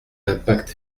d’impact